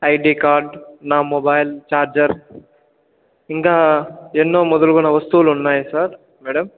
ID card నా mobile charger ఇంకా ఎన్నో మొదలగు వస్తువులు ఉన్నాయి సార్ మేడం